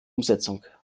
umsetzung